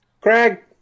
Craig